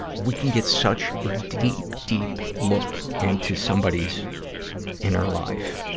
we can get such a deep, deep look into somebody's inner life.